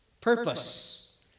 Purpose